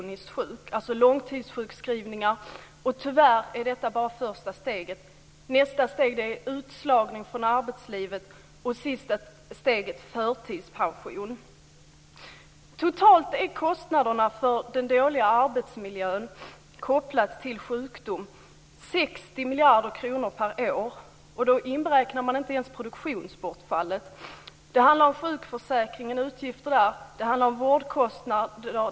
Det blir alltså långtidssjukskrivningar. Det är tyvärr bara första steget. Nästa steg är utslagning från arbetslivet. Det sista steget är förtidspension. Totalt är kostnaderna för den dåliga arbetsmiljön kopplat till sjukdom 60 miljarder kronor per år. Då inberäknar man inte ens produktionsbortfallet. Det handlar om utgifter i sjukförsäkringen. Det handlar om vårdkostnader.